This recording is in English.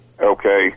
Okay